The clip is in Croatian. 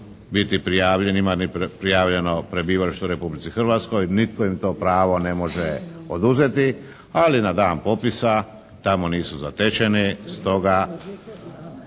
biti prijavljeni, prijavljeno prebivalište u Republici Hrvatskoj. Nitko im to pravo ne može oduzeti. Ali na dan popisa tamo nisu zatečeni stoga